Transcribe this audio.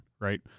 right